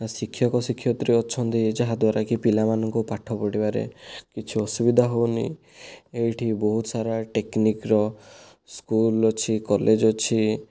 ଶିକ୍ଷକ ଶିକ୍ଷୟତ୍ରୀ ଅଛନ୍ତି ଯାହା ଦ୍ଵାରାକି ପିଲାମାନଙ୍କୁ ପାଠ ପଢ଼ିବାରେ କିଛି ଅସୁବିଧା ହେଉନି ଏଇଠି ବହୁତ ସାରା ଟେକ୍ନିକ୍ର ସ୍କୁଲ ଅଛି କଲେଜ ଅଛି